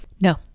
No